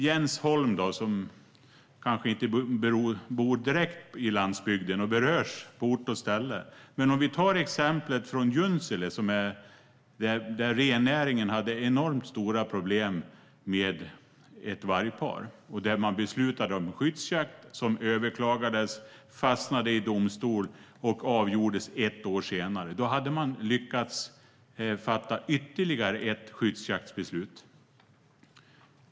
Jens Holm bor kanske inte på landsbygden och berörs på ort och ställe. Men vi har exemplet från Junsele, där rennäringen hade enormt stora problem med ett vargpar och där man beslutade om skyddsjakt. Detta beslut överklagades, fastnade i domstol och avgjordes ett år senare, och då hade man lyckats fatta ytterligare ett skyddsjaktsbeslut.